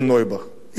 אי-אפשר להגיד את זה.